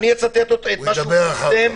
אני אצטט את מה שהוא כותב.